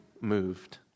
moved